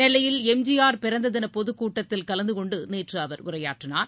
நெல்லையில் எம்ஜிஆர் பிறந்த தின பொதுக்கூட்டத்தில் கலந்து கொண்டு நேற்று அவர் உரையாற்றினார்